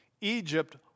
Egypt